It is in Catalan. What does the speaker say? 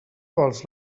vols